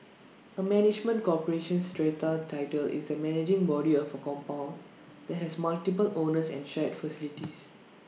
A management corporation strata title is the managing body of A compound that has multiple owners and shared facilities